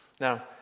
Now